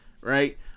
Right